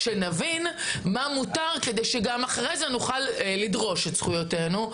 שנבין מה מותר כדי שאחרי זה נוכל גם לדרוש את זכויותינו,